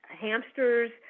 hamsters